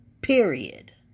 Period